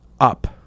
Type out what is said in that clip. up